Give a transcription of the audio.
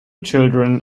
children